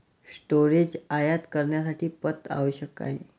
storage आयात करण्यासाठी पथ आवश्यक आहे